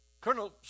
Colonel